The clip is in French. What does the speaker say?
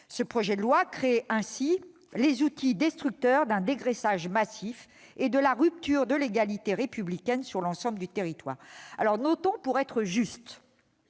Ce projet de loi crée ainsi les outils destructeurs d'un dégraissage massif et d'une rupture de l'égalité républicaine sur l'ensemble du territoire. Notons pour être justes